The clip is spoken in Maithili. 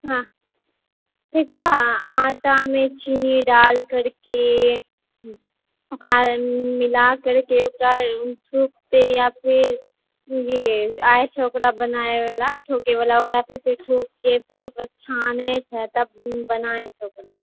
हँ ठेकुआ आटा में चीनी डाल करके ओकरा मिला करके ओकरा सूप पे या फेर आबै छै ओकरा बनाबै वला ठोकै वला ओकरा से फेर ठोकि के फेर ओकरा छानै छै तब बनाबै छै ओकरा